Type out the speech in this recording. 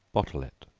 bottle it.